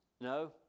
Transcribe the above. No